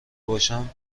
باشم